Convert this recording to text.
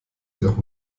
jedoch